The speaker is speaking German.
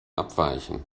abweichen